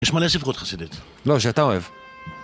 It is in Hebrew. יש מלא שחבות חסידת. לא, שאתה אוהב.